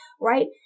right